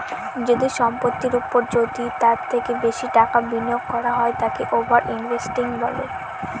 যদি সম্পত্তির ওপর যদি তার থেকে বেশি টাকা বিনিয়োগ করা হয় তাকে ওভার ইনভেস্টিং বলে